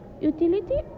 Utility